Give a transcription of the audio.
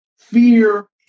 Fear